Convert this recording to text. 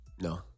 No